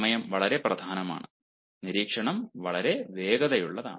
സമയം വളരെ പ്രധാനമാണ് നിരീക്ഷണം വളരെ വേഗതയുള്ളതാണ്